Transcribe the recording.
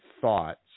thoughts